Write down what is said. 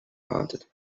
hunted